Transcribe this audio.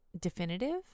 definitive